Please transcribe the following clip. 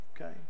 Okay